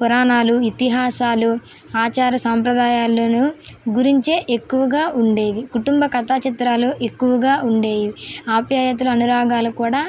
పురాణాలు ఇతిహాసాలు ఆచార సాంప్రదాయాలను గురించే ఎక్కువగా ఉండేవి కుటుంబ కథా చిత్రాలు ఎక్కువగా ఉండేవి ఆప్యాయతలు అనురాగాలు కూడా